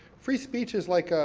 free speech is like,